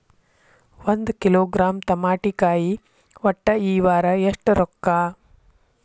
ಒಂದ್ ಕಿಲೋಗ್ರಾಂ ತಮಾಟಿಕಾಯಿ ಒಟ್ಟ ಈ ವಾರ ಎಷ್ಟ ರೊಕ್ಕಾ?